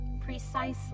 Precisely